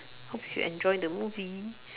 hope you enjoy the movie